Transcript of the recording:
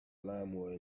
lawnmower